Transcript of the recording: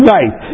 Right